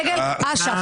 דגל אש"ף.